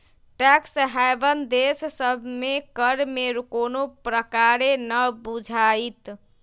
tax haven देश सभ में कर में कोनो प्रकारे न बुझाइत